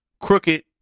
Crooked